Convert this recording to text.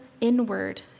inward